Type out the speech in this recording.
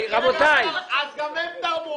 גם הם תרמו.